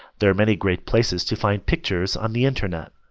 there are many great places to find pictures on the internet.